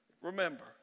remember